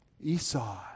Esau